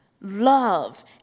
love